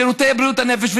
שירותי בריאות הנפש.